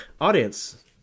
Audience